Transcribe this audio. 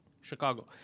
Chicago